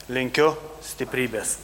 linkiu stiprybės